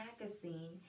Magazine